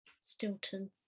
stilton